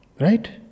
Right